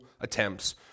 attempts